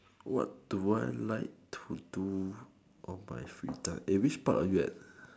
what do I like to do on my free time a which part are you at